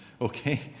Okay